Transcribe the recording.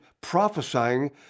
prophesying